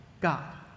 God